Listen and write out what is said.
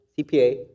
CPA